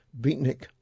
Beatnik